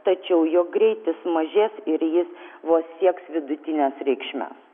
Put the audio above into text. tačiau jo greitis mažės ir jis vos sieks vidutines reikšmes